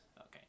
Okay